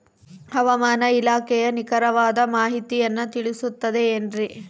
ಹವಮಾನ ಇಲಾಖೆಯ ನಿಖರವಾದ ಮಾಹಿತಿಯನ್ನ ತಿಳಿಸುತ್ತದೆ ಎನ್ರಿ?